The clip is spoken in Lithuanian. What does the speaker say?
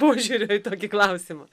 požiūrio į tokį klausimą